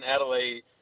Adelaide